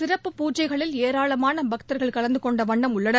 சிறப்பு பூஜைகளில் ஏராளமான பக்தர்கள் கலந்து கொண்ட வண்ணம் உள்ளனர்